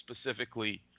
specifically